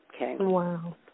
Wow